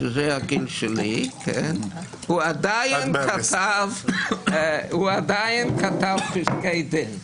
שזה הגיל שלי, הוא עדיין כתב פסקי דין.